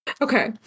Okay